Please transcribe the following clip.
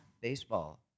Baseball